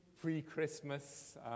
pre-Christmas